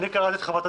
אם אני מניח שבסופו